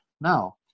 Now